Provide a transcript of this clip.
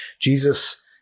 Jesus